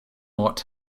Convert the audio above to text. what